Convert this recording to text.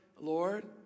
Lord